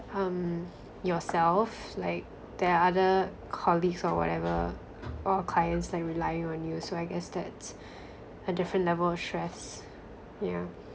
um yourself like there are other colleagues or whatever or clients like relying on you so I guess that's a different level of stress yeah